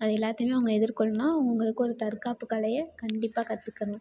அது எல்லாத்தையுமே அவங்க எதிர்கொள்ளணுன்னால் அவங்களுக்கு ஒரு தற்காப்பு கலையை கண்டிப்பாக கற்றுக்கணும்